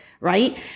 right